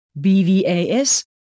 BVAS